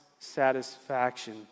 satisfaction